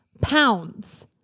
pounds